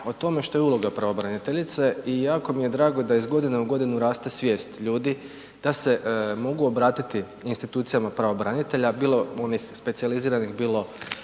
o tome što je uloga pravobraniteljice i jako mi je drago da iz godine u godinu raste svijest ljudi da se mogu obratiti institucijama pravobranitelja, bilo onih specijaliziranih, bilo